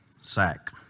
sack